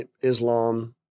Islam